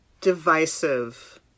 divisive